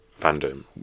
fandom